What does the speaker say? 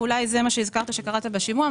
ואולי זה מה שהזכרת שקראת בשימוע.